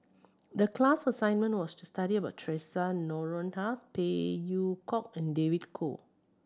the class assignment was to study about Theresa Noronha Phey Yew Kok and David Kwo